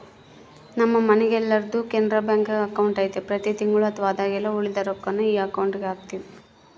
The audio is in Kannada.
ನಮ್ಮ ಮನೆಗೆಲ್ಲರ್ದು ಕೆನರಾ ಬ್ಯಾಂಕ್ನಾಗ ಅಕೌಂಟು ಐತೆ ಪ್ರತಿ ತಿಂಗಳು ಅಥವಾ ಆದಾಗೆಲ್ಲ ಉಳಿದ ರೊಕ್ವನ್ನ ಈ ಅಕೌಂಟುಗೆಹಾಕ್ತಿವಿ